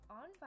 on